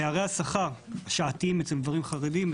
פערי השכר השעתיים אצל גברים חרדים,